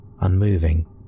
unmoving